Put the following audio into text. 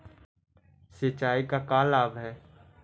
सिंचाई का लाभ है?